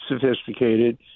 sophisticated